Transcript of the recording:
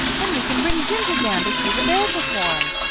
then we can bring ginger down to see the bear perform.